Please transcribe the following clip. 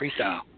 freestyle